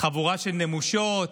חבורה של נמושות.